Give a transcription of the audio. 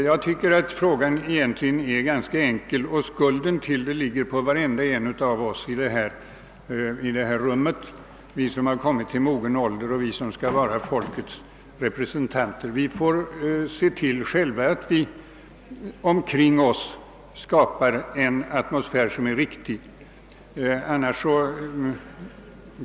Jag tycker att frågan egentligen är ganska enkel. Skulden till de nuvarande förhållanden ligger hos varenda en i denna kammare. Vi, som har kommit till mogen ålder och skall representera folket, får själva se till att vi skapar en riktig atmosfär omkring oss.